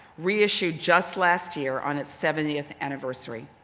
reissued just last year on its seventieth anniversary.